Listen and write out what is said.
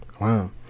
Wow